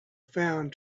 found